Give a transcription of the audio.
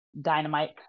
Dynamite